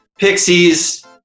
Pixies